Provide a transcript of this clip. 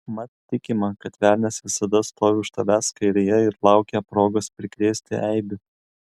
mat tikima kad velnias visada stovi už tavęs kairėje ir laukia progos prikrėsti eibių